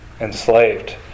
enslaved